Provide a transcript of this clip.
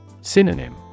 Synonym